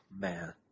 man